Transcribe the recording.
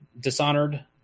Dishonored